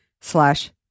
slash